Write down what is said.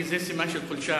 כי זה סימן של חולשה,